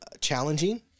challenging